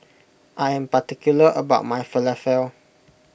I am particular about my Falafel